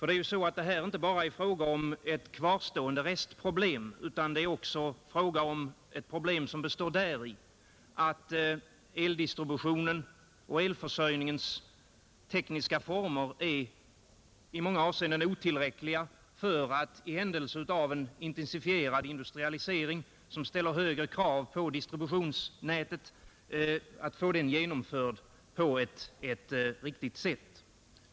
Detta är nämligen inte bara ett kvarstående restproblem, utan problemet består också i att eldistributionen och elförsörjningens tekniska former i många avseenden är otillräckliga. En intensifierad industrialisering som ställer högre krav på distributionsnätet skulle kanske inte gå att genomföra på ett riktigt sätt.